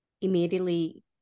immediately